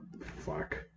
fuck